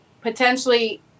potentially